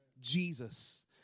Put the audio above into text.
Jesus